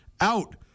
out